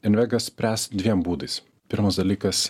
invega spręs dviem būdais pirmas dalykas